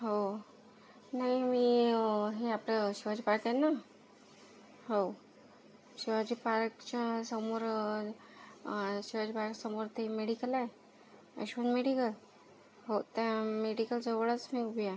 हो नाही मी हे आपलं शिवाजी पार्क आहे नं हो शिवाजी पार्कच्या समोर शिवाजी पार्कच्या समोर ते मेडिकल आहे अश्विन मेडिकल हो त्या मेडिकलजवळच मी उभी आहे